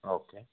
okay